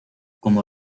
como